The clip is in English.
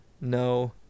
no